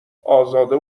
ازاده